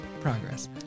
progress